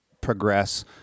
progress